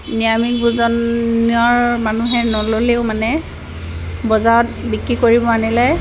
নিৰামিষ ভোজনৰ মানুহে নল'লেও মানে বজাৰত বিক্ৰী কৰিব আনিলে